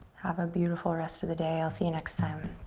have a beautiful rest of the day. i'll see you next time.